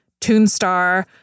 Toonstar